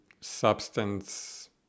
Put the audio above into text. substance